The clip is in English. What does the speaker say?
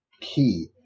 key